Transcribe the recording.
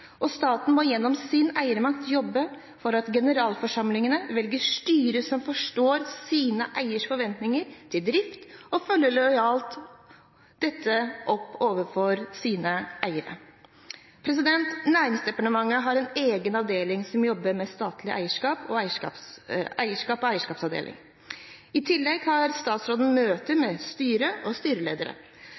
Og staten må gjennom sin eiermakt jobbe for at generalforsamlingene velger styrer som forstår sine eieres forventninger til driften og lojalt følger dette opp overfor sine eiere. Næringsdepartementet har en egen avdeling som jobber med statlig eierskap – eierskapsavdelingen. I tillegg har statsråden møter med styrer og styreledere.